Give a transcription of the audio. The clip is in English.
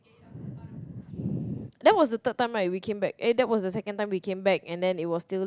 that was the third time right we came back eh that was the second time we came back and then it was still